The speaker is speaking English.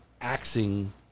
Axing